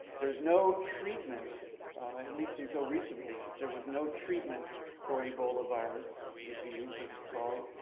there's no treatment at least until recently, there was no treatment for ebola virus disease, as it's called.